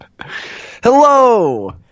Hello